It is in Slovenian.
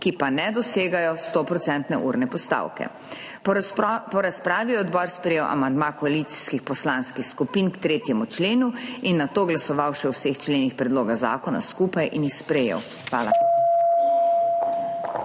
ki pa ne dosegajo stoprocentne urne postavke. Po razpravi je odbor sprejel amandma koalicijskih poslanskih skupin k 3. členu in nato glasoval še o vseh členih predloga zakona skupaj in jih sprejel. Hvala